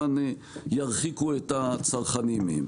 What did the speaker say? וכמובן ירחיקו את הצרכנים מהם,